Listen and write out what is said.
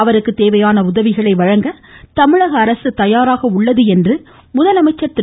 அவருக்கு தேவையான உதவிகளை வழங்க தமிழக அரசு தயாராக உள்ளதாக முதலமைச்சர் திரு